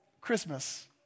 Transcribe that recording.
Christmas